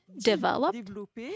developed